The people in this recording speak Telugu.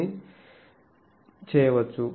అవి చేయవచ్చు